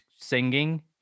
singing